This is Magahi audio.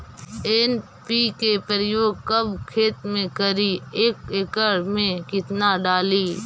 एन.पी.के प्रयोग कब खेत मे करि एक एकड़ मे कितना डाली?